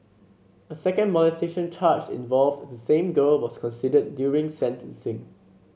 a second molestation charge involved the same girl was considered during sentencing